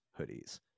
hoodies